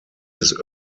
his